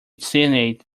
cyanide